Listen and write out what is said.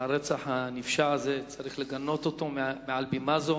ואת הרצח הנפשע הזה צריך לגנות מעל בימה זו.